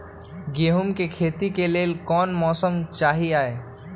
गेंहू के खेती के लेल कोन मौसम चाही अई?